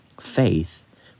faith